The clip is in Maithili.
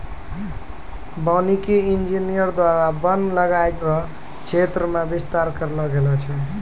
वानिकी इंजीनियर द्वारा वन लगाय रो क्षेत्र मे बिस्तार करलो गेलो छै